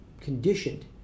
conditioned